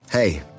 Hey